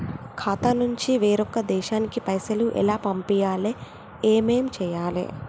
ఖాతా నుంచి వేరొక దేశానికి పైసలు ఎలా పంపియ్యాలి? ఏమేం కావాలి?